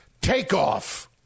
Takeoff